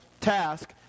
task